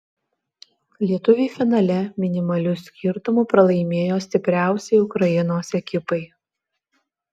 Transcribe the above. lietuviai finale minimaliu skirtumu pralaimėjo stipriausiai ukrainos ekipai